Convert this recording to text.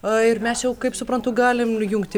a ir mes jau kaip suprantu galime jungti